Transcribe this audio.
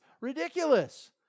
ridiculous